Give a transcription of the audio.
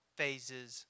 phases